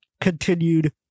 continued